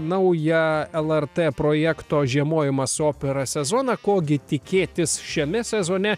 naują lrt projekto žiemojimas su opera sezoną ko gi tikėtis šiame sezone